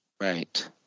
Right